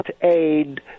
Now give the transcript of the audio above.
aid